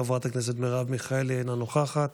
חברת הכנסת מרב מיכאלי אינה נוכחת,